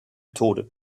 tode